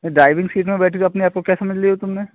driving seat में बैठ गई अपने आप को क्या समझ ली हो तुमने